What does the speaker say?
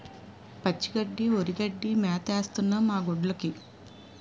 పచ్చి గడ్డి వరిగడ్డి మేతేస్తన్నం మాగొడ్డ్లుకి